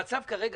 המצב כרגע,